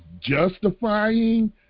justifying